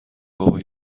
بابا